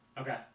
okay